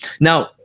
Now